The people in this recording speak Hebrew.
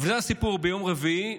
אבל זה הסיפור ביום רביעי.